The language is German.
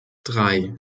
drei